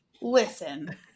listen